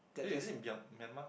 eh is it myan~ myanmar